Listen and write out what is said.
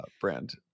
brand